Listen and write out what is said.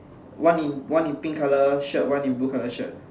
one in one in pink colour shirt one in blue colour shirt